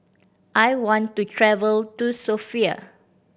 I want to travel to Sofia